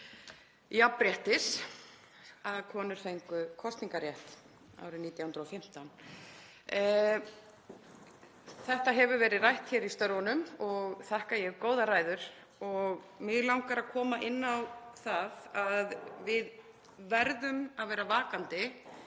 jafnréttis, að konur fengu kosningarrétt árið 1915. Þetta hefur verið rætt í störfunum og þakka ég góðar ræður. Mig langar að koma inn á það að við verðum að vera vakandi